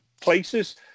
places